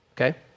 okay